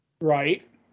Right